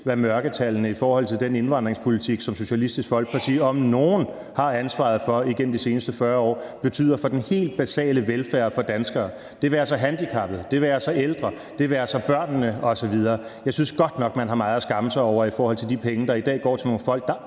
hvad mørketallene i forhold til den indvandringspolitik, som Socialistisk Folkeparti om nogen har ansvaret for og har haft det igennem de seneste 40 år, betyder for den helt basale velfærd for danskere. Det være sig handicappede, det være sig ældre, det være sig børnene, osv. Jeg synes godt nok, at man har meget at skamme sig over i forhold til de penge, der i dag går til nogle folk,